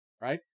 Right